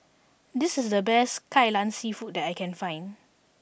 this is the best Kai Lan seafood that I can find